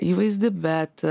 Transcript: įvaizdį bet